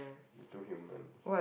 two humans